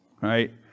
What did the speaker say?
Right